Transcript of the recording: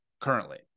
currently